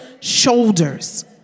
shoulders